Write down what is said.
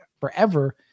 forever –